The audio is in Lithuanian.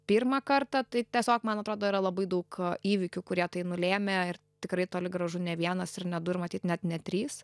pirmą kartą tai tiesiog man atrodo yra labai daug įvykių kurie tai nulėmė ir tikrai toli gražu ne vienas ir ne du ir matyt net ne trys